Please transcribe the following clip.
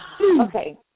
Okay